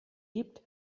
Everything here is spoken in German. gibt